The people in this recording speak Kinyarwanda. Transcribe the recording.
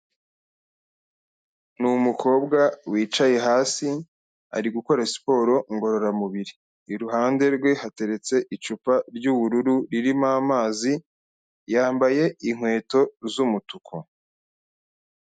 Ni umukobwa wicaye hasi, ari gukora siporo ngororamubiri, iruhande rwe hateretse icupa ry'ubururu ririmo amazi, yambaye inkweto z'umutuku.